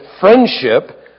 friendship